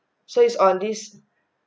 so it's on this